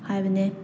ꯍꯥꯏꯕꯅꯦ